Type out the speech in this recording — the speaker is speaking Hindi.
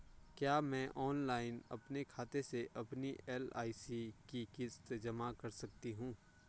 क्या मैं ऑनलाइन अपने खाते से अपनी एल.आई.सी की किश्त जमा कर सकती हूँ?